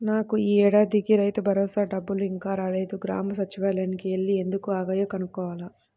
నాకు యీ ఏడాదికి రైతుభరోసా డబ్బులు ఇంకా రాలేదు, గ్రామ సచ్చివాలయానికి యెల్లి ఎందుకు ఆగాయో కనుక్కోవాల